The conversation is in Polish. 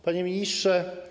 Panie Ministrze!